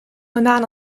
banaan